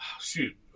shoot